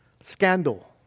scandal